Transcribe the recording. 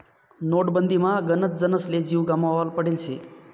नोटबंदीमा गनच जनसले जीव गमावना पडेल शे